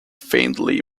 faintly